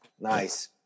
Nice